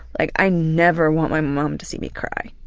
like i never want my mom to see me cry